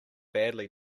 badly